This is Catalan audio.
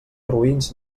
roïns